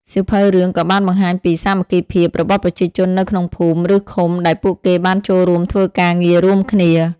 សៀវភៅរឿងក៏បានបង្ហាញពី សាមគ្គីភាព របស់ប្រជាជននៅក្នុងភូមិ ឬឃុំ ដែលពួកគេបានចូលរួមធ្វើការងាររួមគ្នា។